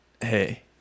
hey